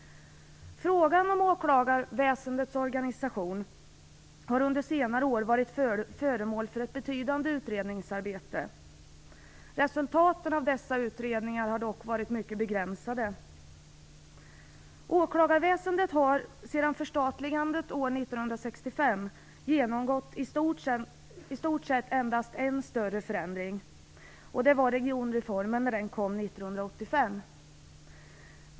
Frågan om åklagarväsendets organisation har under senare år varit föremål för ett betydande utredningsarbete. Resultaten av dessa utredningar har dock varit mycket begränsade. 1965 genomgått i stort sett endast en större förändring. Det var regionreformen som kom 1985.